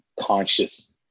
conscious